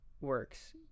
works